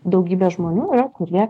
daugybė žmonių yra kurie